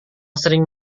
sering